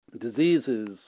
diseases